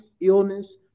illness